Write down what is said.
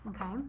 Okay